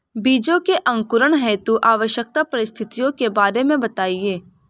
बीजों के अंकुरण हेतु आवश्यक परिस्थितियों के बारे में बताइए